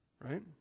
Right